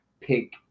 pick